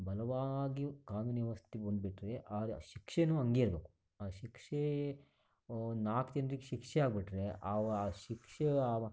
ಬಲವಾಗಿ ಕಾನೂನು ವ್ಯವಸ್ಥೆ ಬಂದ್ಬಿಟ್ರೆ ಆಗ ಶಿಕ್ಷೆಯೂ ಹಾಗೆ ಇರಬೇಕು ಆ ಶಿಕ್ಷೆ ನಾಲ್ಕ್ ಜನರಿಗೆ ಶಿಕ್ಷೆ ಆಗಿಬಿಟ್ರೆ ಆ ಆ ಶಿಕ್ಷೆ ಆ